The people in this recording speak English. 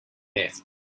left